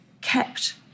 kept